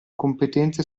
competenze